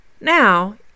Now